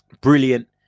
brilliant